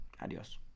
Adios